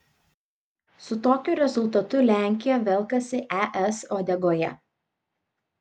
su tokiu rezultatu lenkija velkasi es uodegoje